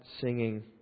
singing